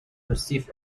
received